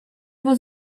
его